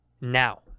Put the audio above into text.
now